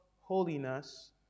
holiness